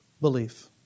Belief